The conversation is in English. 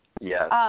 Yes